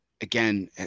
again